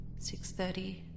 6.30